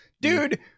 dude